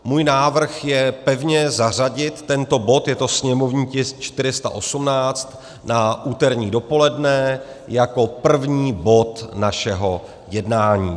Můj návrh je pevně zařadit tento bod jako sněmovní tisk 418 na úterní odpoledne jako první bod našeho jednání.